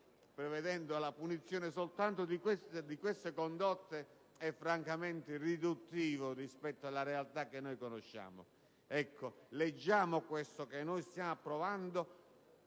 prevedere la punizione soltanto di queste condotte è francamente riduttivo rispetto alla realtà che conosciamo. Leggiamo il testo che stiamo per approvare